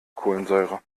kohlensäure